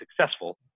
successful